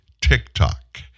TikTok